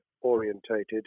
orientated